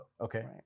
Okay